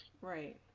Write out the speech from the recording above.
right